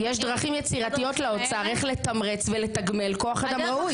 יש דרכים יצירתיות לאוצר איך לתמרץ ולתגמל כוח אדם ראוי.